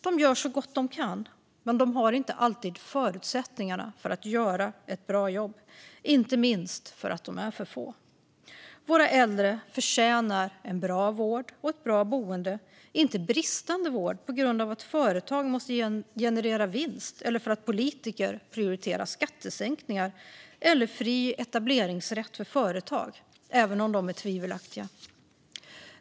De gör så gott de kan, men de har inte alltid förutsättningar att göra ett bra jobb, inte minst för att de är för få. Våra äldre förtjänar en bra vård och ett bra boende, inte bristande vård på grund av att företag måste generera vinst eller för att politiker prioriterar skattesänkningar eller fri etableringsrätt för företag även om de är tvivelaktiga.